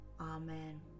Amen